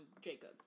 Jacob